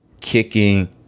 kicking